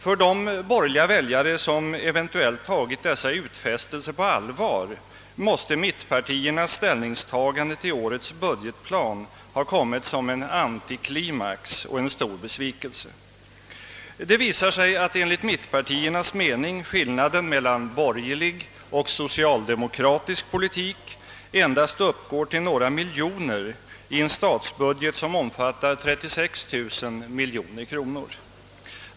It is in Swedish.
För de borgerliga väljare som eventuellt tagit dessa utfästelser på allvar måste mittpartiernas ställningstagande till årets budgetplan ha kommit som en antiklimax och en stor besvikelse. Det visar sig att enligt mittpartiernas mening skillnaden mellan borgerlig och socialdemokratisk politik endast uppgår till några miljoner i en statsbudget som omfattar 36 000 miljoner kronor.